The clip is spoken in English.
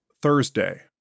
Thursday